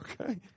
okay